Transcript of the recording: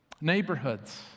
neighborhoods